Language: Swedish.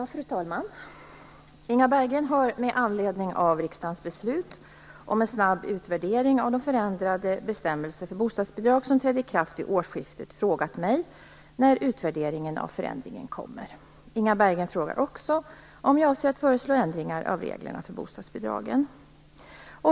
Fru talman! Inga Berggren har med anledning av riksdagens beslut om en snabb utvärdering av de förändrade bestämmelser för bostadsbidrag som trädde i kraft vid årsskiftet frågat mig när utvärderingen av förändringen kommer. Inga Berggren frågar också om jag avser att föreslå ändringar av reglerna för bostadsbidragen.